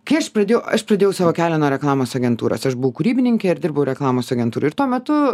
kai aš pradėjau aš pradėjau savo kelią nuo reklamos agentūros aš buvau kūrybininkė ir dirbau reklamos agentūroj tuo metu